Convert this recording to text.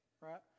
right